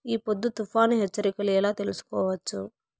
ఈ పొద్దు తుఫాను హెచ్చరికలు ఎలా తెలుసుకోవచ్చు?